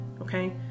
Okay